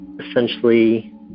essentially